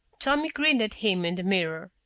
tommy grinned at him in the mirror.